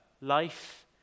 life